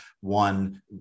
one